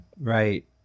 Right